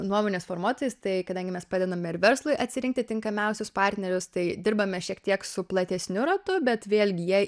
nuomonės formuotojus tai kadangi mes padedame ir verslui atsirinkti tinkamiausius partnerius tai dirbame šiek tiek su platesniu ratu bet vėlgi jei